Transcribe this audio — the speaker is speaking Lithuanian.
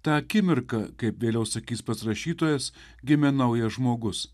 tą akimirką kaip vėliau sakys pats rašytojas gimė naujas žmogus